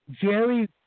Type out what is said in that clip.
Jerry